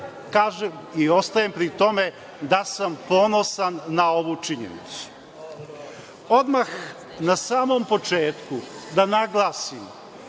kažem, i ostajem pri tome, da sam ponosan na ovu činjenicu. Odmah na samom početku da naglasim